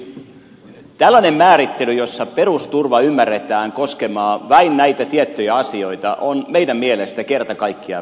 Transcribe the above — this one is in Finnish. eli tällainen määrittely jossa perusturva ymmärretään koskemaan vain näitä tiettyjä asioita on meidän mielestämme kerta kaikkiaan väärä